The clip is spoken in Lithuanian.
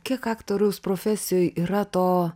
kiek aktoriaus profesijoj yra to